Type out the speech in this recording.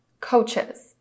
coaches